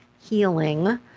healing